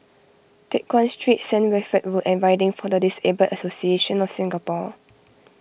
Teck Guan Street Saint Wilfred Road and Riding for the Disabled Association of Singapore